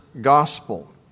gospel